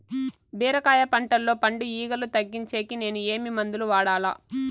బీరకాయ పంటల్లో పండు ఈగలు తగ్గించేకి నేను ఏమి మందులు వాడాలా?